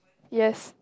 yes